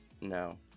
no